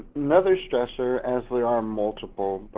another stressor, as there are multiple,